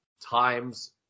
times